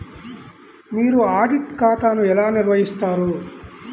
మీరు ఆడిట్ ఖాతాను ఎలా నిర్వహిస్తారు?